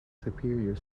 superior